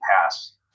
pass